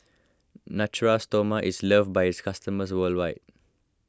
Natura Stoma is loved by its customers worldwide